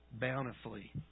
bountifully